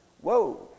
Whoa